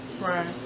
Right